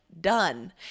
done